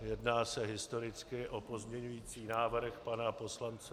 Jedná se historicky o pozměňující návrh pana poslance...